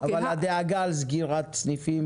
הדאגה לגבי סגירת סניפים